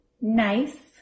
Nice